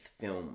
film